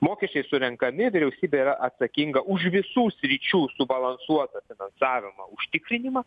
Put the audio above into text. mokesčiai surenkami vyriausybė yra atsakinga už visų sričių subalansuotą finansavimą užtikrinimą